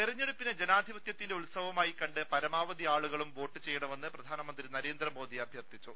തെരഞ്ഞെടുപ്പിനെ ജനാധിപത്യത്തിന്റെ ഉത്സവമായി കണ്ട് പര മാവധി ആളുകളും വോട്ടു ചെയ്യണമെന്ന് പ്രധാനമന്ത്രി നരേന്ദ്ര മോദി അഭ്യർത്ഥിച്ചു